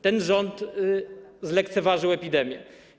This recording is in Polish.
Ten rząd zlekceważył epidemię.